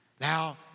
Now